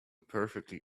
perfectly